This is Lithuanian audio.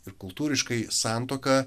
ir kultūriškai santuoka